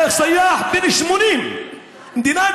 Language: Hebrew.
אשר הכניסה לכלא אתמול, הכניסה